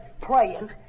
praying